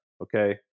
okay